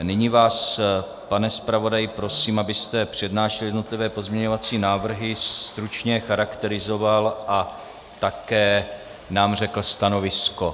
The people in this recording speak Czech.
Nyní vás, pane zpravodaji, prosím, abyste přednášel jednotlivé pozměňovací návrhy, stručně je charakterizoval a také nám řekl stanovisko.